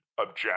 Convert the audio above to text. object